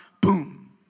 boom